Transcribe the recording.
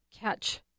catch